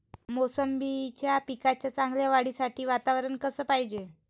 मोसंबीच्या पिकाच्या चांगल्या वाढीसाठी वातावरन कस पायजे?